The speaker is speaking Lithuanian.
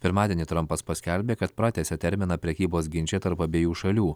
pirmadienį trumpas paskelbė kad pratęsia terminą prekybos ginčai tarp abiejų šalių